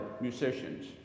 musicians